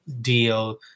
deal